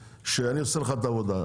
אני אעשה עבורך את העבודה,